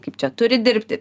kaip čia turi dirbti